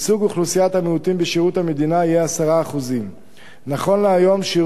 אוכלוסיית המיעוטים בשירות המדינה יהיה 10%. נכון להיום שיעור